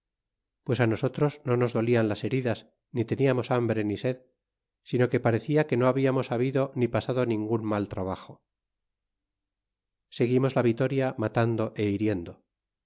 pues nosotros no nos dolian las heridas ni teniamos hambre ni sed sino que parecia que no habiamos habido ni pasado ningun mal trabajo seguimos la vitoria matando é hiriendo